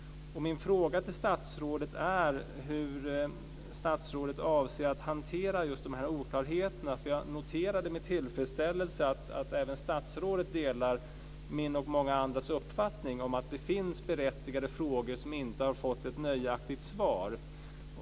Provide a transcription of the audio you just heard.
Min fråga till statsrådet är hur statsrådet avser att hantera just dessa oklarheter, för jag noterade med tillfredsställelse att även statsrådet delar min och många andras uppfattning om att det finns berättigade frågor som inte har fått ett nöjaktigt svar.